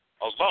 alone